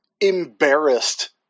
embarrassed